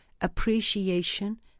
appreciation